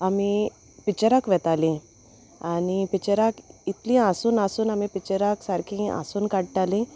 आमी पिक्चराक वेतालीं आनी पिक्चराक इतलीं हांसून हांसून आमी पिक्चराक सारकीं हांसून काडटालीं